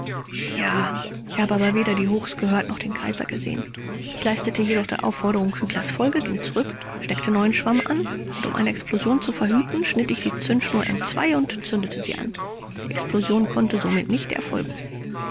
ja ich habe aber weder die hochs gehört noch den kaiser gesehen ich leistete jedoch der aufforderung küchlers folge ging zurück steckte neuen schwamm an und um eine explosion zu verhüten schnitt ich die zündschnur entzwei und zündete sie an die explosion konnte somit nicht erfolgen